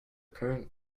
current